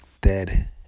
Dead